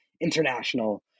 international